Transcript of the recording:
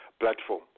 platform